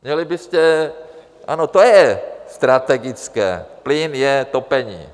Měli byste, ano, to je strategické, plyn je topení.